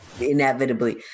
Inevitably